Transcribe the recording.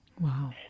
Wow